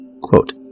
Quote